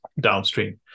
downstream